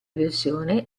versione